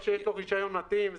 יש לו רישיון מתאים.